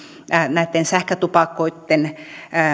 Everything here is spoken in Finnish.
näitten sähkötupakoitten